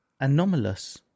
anomalous